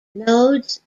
nodes